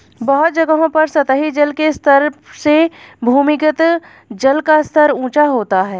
बहुत जगहों पर सतही जल के स्तर से भूमिगत जल का स्तर ऊँचा होता है